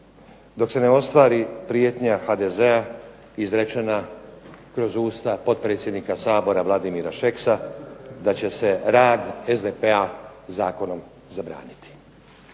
dok se ne ostvari prijetnja HDZ-a izrečena kroz Ustav potpredsjednika SAbora Vladimir Šeksa da će se rad SDP-a zakonom zabraniti.